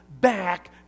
back